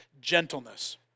gentleness